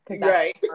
right